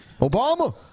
Obama